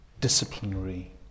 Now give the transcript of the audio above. disciplinary